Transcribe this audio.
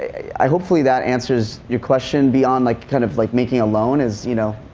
i, hopefully that answers your question beyond like kind of like making a loan is, you know,